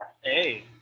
hey